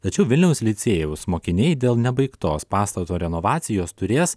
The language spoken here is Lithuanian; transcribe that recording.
tačiau vilniaus licėjaus mokiniai dėl nebaigtos pastato renovacijos turės